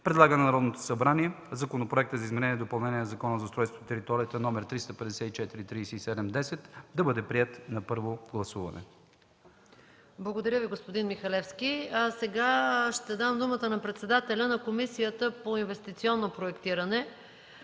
предлага на Народното събрание Законопроект за изменение и допълнение на Закона за устройство на територията, № 354-37-10, да бъде приет на първо гласуване.” ПРЕДСЕДАТЕЛ МАЯ МАНОЛОВА: Благодаря Ви, господин Михалевски. Ще дам думата на председателя на Комисията по инвестиционно проектиране